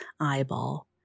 eyeball